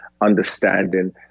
understanding